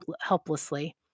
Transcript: helplessly